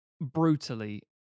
brutally